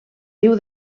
riu